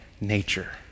nature